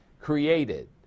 created